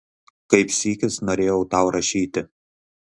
kaip sykis norėjau tau rašyti